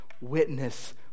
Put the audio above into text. witness